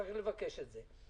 צריך לבקש את זה.